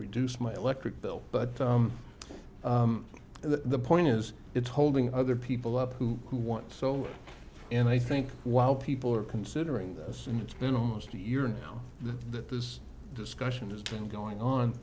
reduce my electric bill but the point is it's holding other people up who want so and i think while people are considering this and it's been almost a year now the this discussion has turned going on